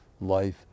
life